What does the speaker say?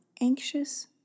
anxious